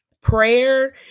prayer